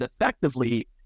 effectively